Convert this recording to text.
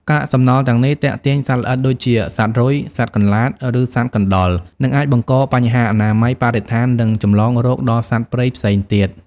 កាកសំណល់ទាំងនេះទាក់ទាញសត្វល្អិតដូចជាសត្វរុយ សត្វកន្លាត ឬសត្វកណ្ដុរ និងអាចបង្កបញ្ហាអនាម័យ បរិស្ថាន និងចម្លងរោគដល់សត្វព្រៃផ្សេងទៀត។